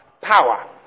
power